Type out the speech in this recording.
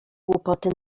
głupoty